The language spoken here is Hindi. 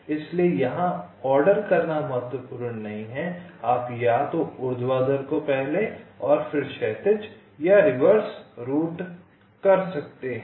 इसलिए यहां ऑर्डर करना महत्वपूर्ण नहीं है आप या तो ऊर्ध्वाधर को पहले और फिर क्षैतिज या रिवर्स रूट कर सकते हैं